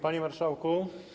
Panie Marszałku!